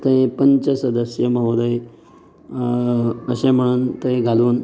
थंय पंच सदस्य महोदय अशें म्हणून तें घालून